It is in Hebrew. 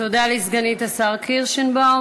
תודה לסגנית השר קירשנבאום.